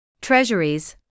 Treasuries